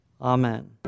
Amen